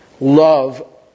Love